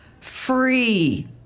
Free